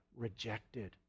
rejected